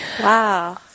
Wow